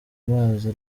mazi